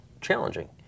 challenging